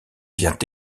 vient